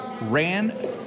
ran